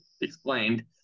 explained